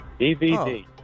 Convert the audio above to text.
DVD